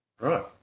Right